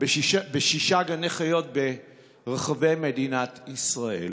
בשישה גני חיות ברחבי מדינת ישראל.